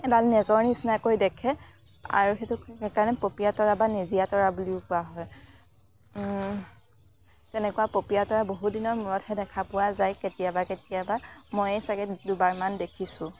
এডাল নেজৰ নিচিনাকৈ দেখে আৰু সেইটো সেইকাৰণে পপীয়া তৰা বা নেজিয়া তৰা বুলিও কোৱা হয় তেনেকুৱা পপীয়া তৰা বহু দিনৰ মূৰতহে দেখা পোৱা যায় কেতিয়াবা কেতিয়াবা ময়ে চাগে দুবাৰমান দেখিছোঁ